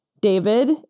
David